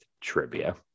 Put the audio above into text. trivia